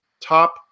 top